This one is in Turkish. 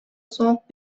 soğuk